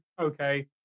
okay